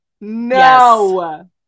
No